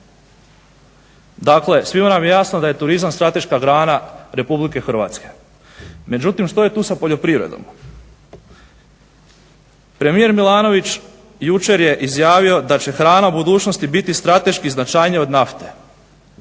Dakle, svima nam je jasno da je turizam strateška grana Republike Hrvatske. Međutim što je tu sa poljoprivredom? Premijer Milanović jučer je izjavio da će hrana u budućnosti biti strateški značajnija od nafte.